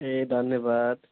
ए धन्यवाद